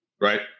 right